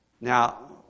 Now